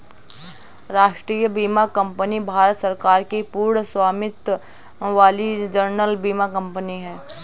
राष्ट्रीय बीमा कंपनी भारत सरकार की पूर्ण स्वामित्व वाली जनरल बीमा कंपनी है